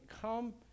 come